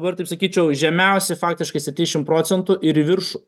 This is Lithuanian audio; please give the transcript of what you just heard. dabar taip sakyčiau žemiausi faktiškai septyniasdešimt procentų ir į viršų